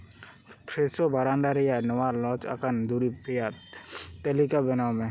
ᱯᱷᱨᱮᱥᱳ ᱵᱟᱨᱮᱱᱰᱟ ᱨᱮᱭᱟᱜ ᱱᱚᱣᱟ ᱞᱚᱡᱽ ᱟᱠᱟᱱ ᱫᱩᱨᱤᱵᱽ ᱨᱮᱭᱟᱜ ᱛᱟᱹᱞᱤᱠᱟ ᱵᱮᱱᱟᱣ ᱢᱮ